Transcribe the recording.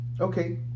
okay